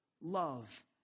love